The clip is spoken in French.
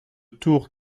tours